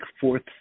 fourth